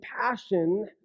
passion